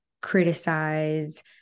criticize